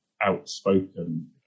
outspoken